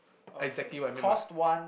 exactly what I mean by